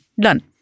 Done